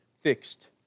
fixed